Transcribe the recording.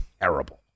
terrible